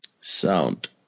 Sound